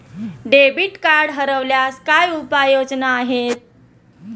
Debit card हरवल्यास काय उपाय योजना आहेत?